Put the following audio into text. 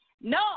No